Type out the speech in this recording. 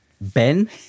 Ben